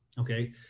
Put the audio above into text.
okay